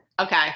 Okay